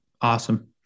Awesome